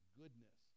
goodness